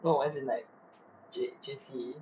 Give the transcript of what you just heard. no as in like J_C